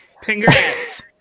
Congrats